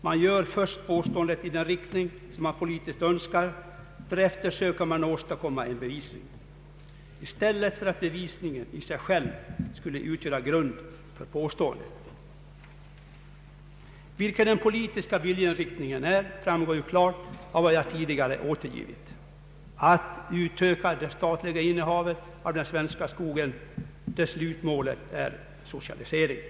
Man gör först påståendet i den riktning som man politiskt önskar, och därefter söker man åstadkomma en bevisning i stället för att bevisningen i sig själv skulle utgöra grund för påståendet. Vilken den politiska viljeinriktningen är framgår ju klart av vad jag tidigare återgivit: att utöka det statliga innehavet av den svenska skogen där slutmålet är socialisering.